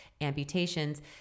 amputations